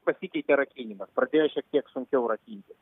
pasikeitė rakinimas pradėjo šiek tiek sunkiau rakintis